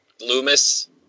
Loomis